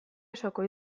osoko